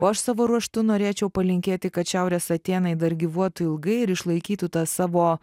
o aš savo ruožtu norėčiau palinkėti kad šiaurės atėnai dar gyvuotų ilgai ir išlaikytų tą savo